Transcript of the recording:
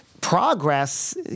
progress